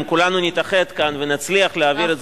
אם כולנו נתאחד כאן ונצליח להעביר,